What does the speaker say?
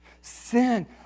sin